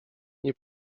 nie